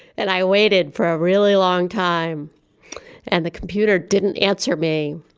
and i waited for a really long time and the computer didn't answer me.